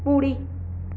बु॒ड़ी